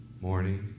morning